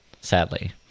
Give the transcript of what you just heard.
sadly